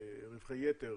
מרווחי יתר